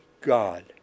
god